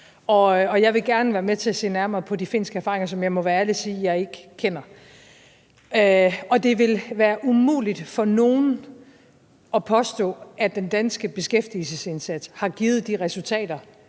og jeg vil gerne være med til at se nærmere på de finske erfaringer, som jeg må være ærlig at sige at jeg ikke kender. Det vil være umuligt for nogen at påstå, at den danske beskæftigelsesindsats har givet de resultater,